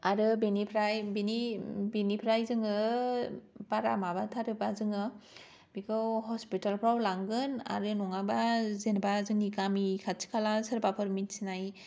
आरो बेनिफ्राय बेनि बेनिफ्राय जोङो ओ बारा माबाथारोबा जोङो बेखौ हस्पिटेल फ्राव लांगोन आरो नङाबा जेनबा जोंनि गामि खाथि खाला सोरबाफोर मोनथिनाय